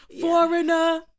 foreigner